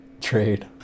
trade